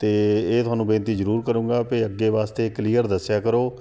ਅਤੇ ਇਹ ਤੁਹਾਨੂੰ ਬੇਨਤੀ ਜ਼ਰੂਰ ਕਰੂੰਗਾ ਵੀ ਅੱਗੇ ਵਾਸਤੇ ਕਲੀਅਰ ਦੱਸਿਆ ਕਰੋ